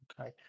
okay